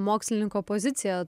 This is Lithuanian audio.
mokslininko pozicija